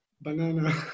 Banana